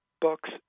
books